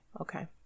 okay